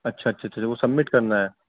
اچھا اچھا اچھا اچھا وہ سبمٹ کرنا ہے